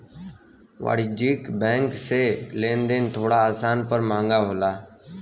वाणिज्यिक बैंक से लेन देन थोड़ा आसान पर महंगा होला